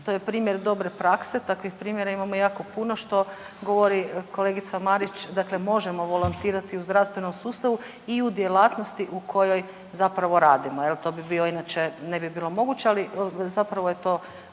To je primjer dobre prakse, takvih primjera imamo jako puno što govori kolega Marić, dakle možemo volontirati u zdravstvenom sustavu i u djelatnosti u kojoj zapravo radimo, je li, to bi bio inače, ne bi bilo moguće, ali zapravo je to